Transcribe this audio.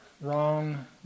Wrong